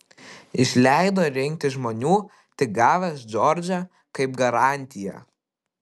išleido rinkti žmonių tik gavęs džordžą kaip garantiją